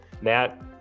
Matt